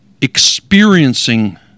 experiencing